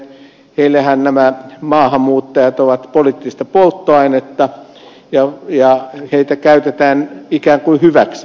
heillehän nämä maahanmuuttajat ovat poliittista polttoainetta ja heitä käytetään ikään kuin hyväksi